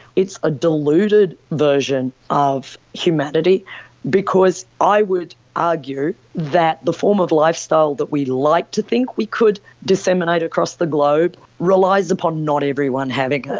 it's a deluded version of humanity because i would argue that the form of lifestyle that we like to think we could disseminate across the globe relies upon not everyone having it.